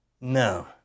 No